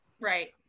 Right